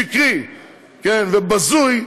שקרי ובזוי,